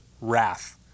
wrath